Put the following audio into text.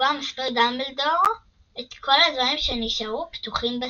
ובה מסביר דמבלדור את כל הדברים שנשארו פתוחים בספר.